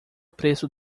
preço